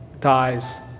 dies